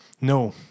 no